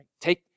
Take